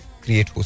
create